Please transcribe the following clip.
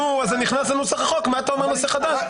נו, אז זה נכנס לנוסח החוק, מה אתה אומר נושא חדש?